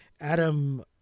Adam